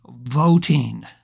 voting